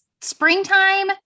springtime